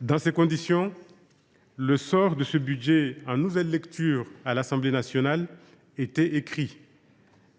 Dans ces conditions, le sort de ce budget en nouvelle lecture à l’Assemblée nationale était écrit :